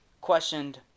questioned